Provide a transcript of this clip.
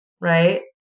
right